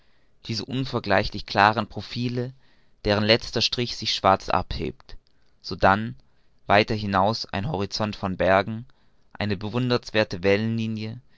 diese unvergleichlich klaren profile deren letzter strich sich schwarz abhebt sodann weiter hinaus ein horizont von bergen eine bewundernswerthe